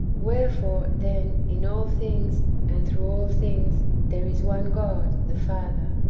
wherefore, then, in all things, and through all things, there is one god, the father,